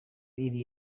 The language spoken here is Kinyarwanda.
iri